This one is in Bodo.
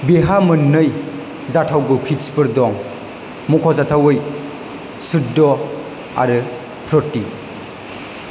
बेहा मोननै जाथावगौ पिटसफोर दं मुंख'जाथावयै शुद्ध आरो प्रति